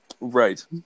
right